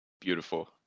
Beautiful